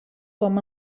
com